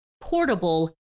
Portable